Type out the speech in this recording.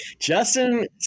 Justin